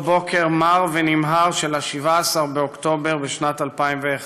בוקר מר ונמהר של 17 באוקטובר בשנת 2001,